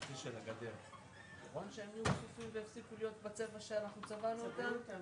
חבר'ה, תעשו לי טובה.